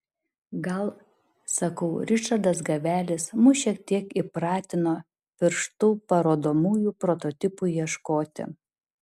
gal sakau ričardas gavelis mus šiek tiek įpratino pirštu parodomų prototipų ieškoti